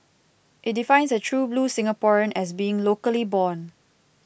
it defines a true blue Singaporean as being locally born